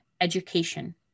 education